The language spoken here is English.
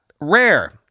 rare